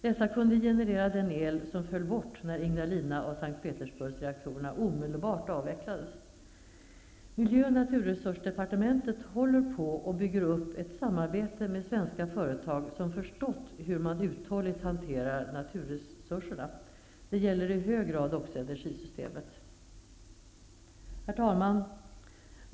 Dessa kunde generera den el som föll bort när Ignalina och S:t Miljö och naturresursdepartementet håller på och bygger upp ett samarbete med svenska företag som förstått hur man uthålligt hanterar naturresurserna. Det gäller i hög grad också energisystemet. Herr talman!